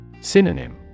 Synonym